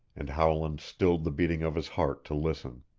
and howland stilled the beating of his heart to listen.